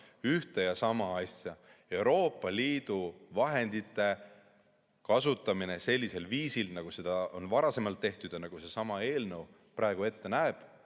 ühte ja sama asja: Euroopa Liidu vahendite kasutamine sellisel viisil, nagu seda on varasemalt tehtud ja nagu seesama eelnõu praegu ette näeb,